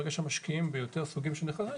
ברגע שמשקיעים ביותר סוגים של נכסים,